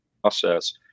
Process